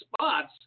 spots